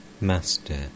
Master